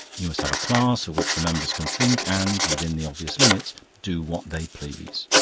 you must have a class of which the members can think and, within the obvious limits, do what they please.